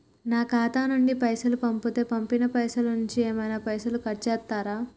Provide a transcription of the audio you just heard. నా ఖాతా నుండి పైసలు పంపుతే పంపిన పైసల నుంచి ఏమైనా పైసలు కట్ చేత్తరా?